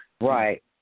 Right